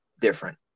different